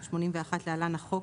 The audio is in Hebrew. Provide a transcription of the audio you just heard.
התשמ"א-1981 (להלן החוק),